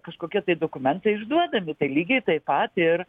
kažkokie tai dokumentai išduodami lygiai taip pat ir